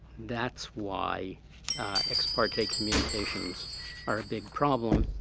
that's why ex parte communications are a big problem.